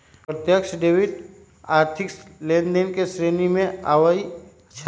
प्रत्यक्ष डेबिट आर्थिक लेनदेन के श्रेणी में आबइ छै